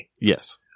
Yes